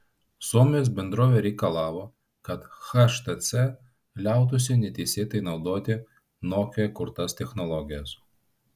suomijos bendrovė reikalavo kad htc liautųsi neteisėtai naudoti nokia kurtas technologijas